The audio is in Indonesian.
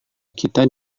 kita